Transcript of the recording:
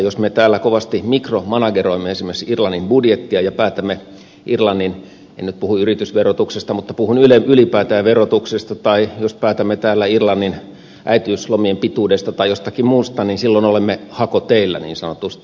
jos me täällä kovasti mikromanageroimme esimerkiksi irlannin budjettia ja päätämme irlannin en nyt puhu yritysverotuksesta mutta puhun ylipäätään verotuksesta tai jos päätämme täällä irlannin äitiyslomien pituudesta tai jostakin muusta niin silloin olemme hakoteillä niin sanotusti